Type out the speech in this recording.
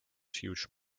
huge